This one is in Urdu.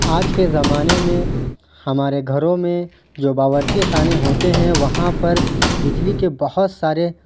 آج کے زمانے میں ہمارے گھروں میں جو باورچی خانے ہوتے ہیں وہاں پر بجلی کے بہت سارے